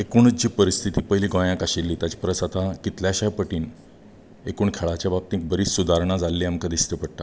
एकूणच जी परिस्थिती पयलीं गोंयात आशिल्ली ताचे परस आतां कितल्याश्या पटीन एकूण खेळाच्या बाबतींत बरीच सुदारणां जाल्लीं आमकां दिश्टी पडटा